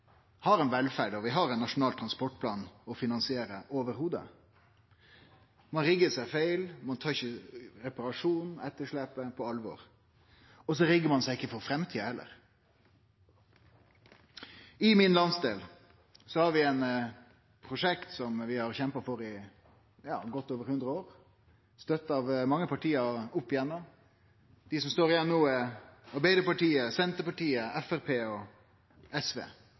har ein velferd og ein nasjonal transportplan å finansiere overhovudet. Ein riggar seg feil, ein tek ikkje reparasjon av etterslepet på alvor. Ein riggar seg ikkje for framtida heller. I min landsdel har vi eit prosjekt som vi har kjempa for i godt over 100 år, støtta av mange parti opp igjennom. Dei som står igjen no, er Arbeidarpartiet, Senterpartiet, Framstegspartiet og SV.